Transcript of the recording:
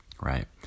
right